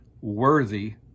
worthy